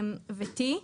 ו-(T),